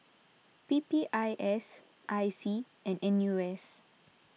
P P I S I C and N U S